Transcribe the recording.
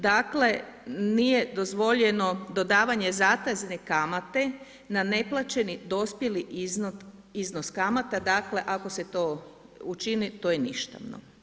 Dakle, nije dozvoljeno dodavanje zatezne kamate na neplaćeni dospijeli iznos kamata dakle, ako se to učini to je ništavno.